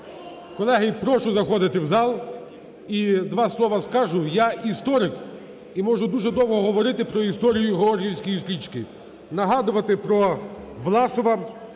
Колеги, прошу заходити в зал і два слова скажу. Я історик і можу дуже довго говорити про історію георгіївської стрічки, нагадувати про Власова,